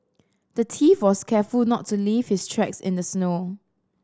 the thief was careful to not leave his tracks in the snow